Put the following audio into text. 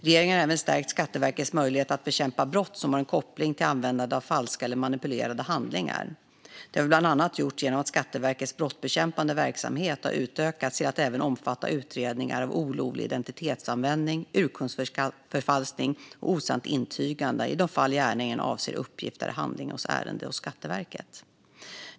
Regeringen har även stärkt Skatteverkets möjligheter att bekämpa brott som har en koppling till användandet av falska eller manipulerade handlingar. Detta har vi bland annat gjort genom att Skatteverkets brottsbekämpande verksamhet har utökats till att även omfatta utredningar av olovlig identitetsanvändning, urkundsförfalskning och osant intygande i de fall gärningen avser uppgift eller handling i ärende hos Skatteverket.